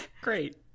Great